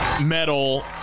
Metal